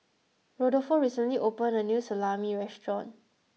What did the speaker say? Rodolfo recently opened a new Salami restaurant